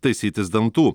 taisytis dantų